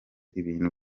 ibintu